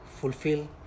fulfill